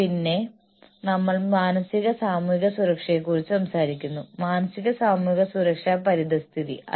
പിന്നീട് ദീർഘകാല പദ്ധതികളും മുതിർന്ന മാനേജ്മെന്റിന് സ്ഥിരത പ്രോത്സാഹിപ്പിക്കുന്നു